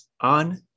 on